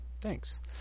Thanks